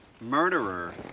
murderer